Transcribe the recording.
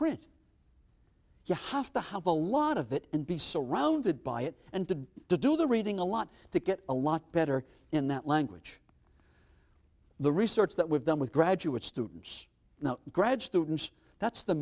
print you have to have a lot of it and be surrounded by it and to do the reading a lot to get a lot better in that language the research that we've done with graduate students and the grad students that's the